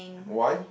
why